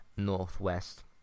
northwest